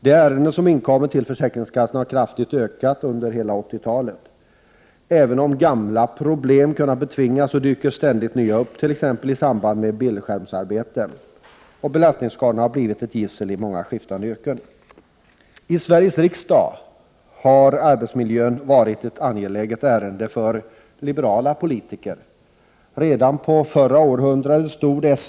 De ärenden som inkommit till försäkringskassorna har kraftigt ökat i antal under hela 80-talet. Även om gamla problem har kunnat betvingas, dyker ständigt nya upp — t.ex. i samband med bildskärmsarbete. Belastningsskadorna har blivit ett gissel i många skiftande yrken. I Sveriges riksdag har arbetsmiljön varit ett angeläget ärende för liberala politiker. Redan förra århundradet stod S.